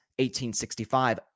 1865